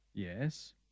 Yes